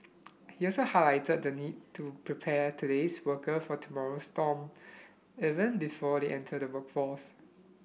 he also highlighted the need to prepare today's worker for tomorrow's storm even before they enter the workforce